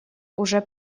уже